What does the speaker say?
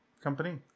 company